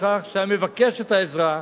בכך שהמבקש את העזרה,